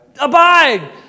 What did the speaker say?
Abide